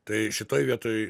tai šitoj vietoj